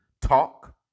talk